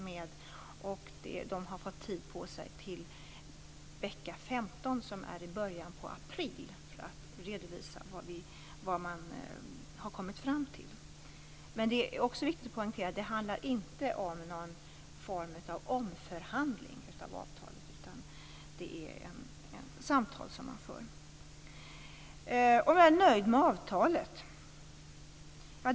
Det har fått tid på sig till vecka 15, som är i början på april, för att redovisa vad man har kommit fram till. Det är också viktigt att poängtera att det inte handlar om någon form av omförhandling av avtalet, utan det är samtal som förs. Det frågades om jag är nöjd med avtalet.